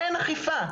אין אכיפה,